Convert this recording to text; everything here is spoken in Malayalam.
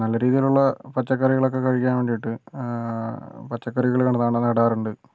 നല്ല രീതിയിലുള്ള പച്ചക്കറികളൊക്കെ കഴിക്കാൻ വേണ്ടിയിട്ട് പച്ചക്കറികൾ കൊണ്ടു നാടാറുണ്ട്